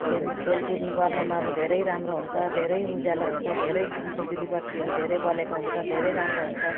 खेल खेलकुदमा गर्नेमा अब धेरै राम्रो हुन्छ धेरै उज्यालो हुन्छ धेरै बिजुली बत्तीहरू धेरै बलेको हुन्छ धेरै राम्रो हुन्छ